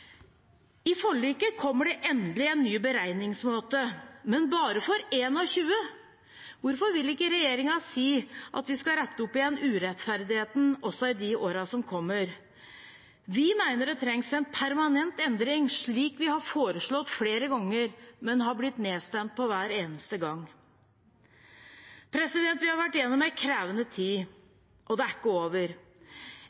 I forliket kommer det endelig en ny beregningsmåte, men bare for 2021. Hvorfor vil ikke regjeringen si at de skal rette opp igjen urettferdigheten også i årene som kommer? Vi mener det trengs en permanent endring, slik vi har foreslått flere ganger, men vi har blitt nedstemt hver eneste gang. Vi har vært gjennom en krevende tid,